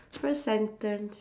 first sentence